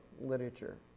literature